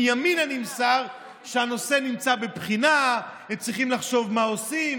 מימינה נמסר שהנושא נמצא בבחינה וצריכים לחשוב מה עושים.